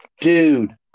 dude